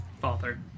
father